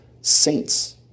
saints